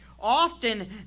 Often